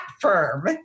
firm